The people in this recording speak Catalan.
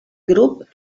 grup